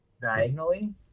diagonally